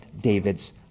David's